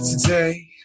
today